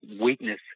weakness